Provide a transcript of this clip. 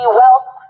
wealth